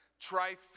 trifecta